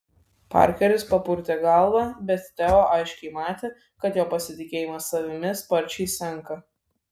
parkeris papurtė galvą bet teo aiškiai matė kad jo pasitikėjimas savimi sparčiai senka